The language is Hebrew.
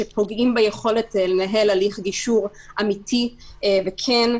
שפוגעים ביכולת לנהל הליך גישור אמיתי וכן.